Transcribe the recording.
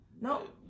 No